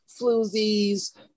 floozies